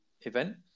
event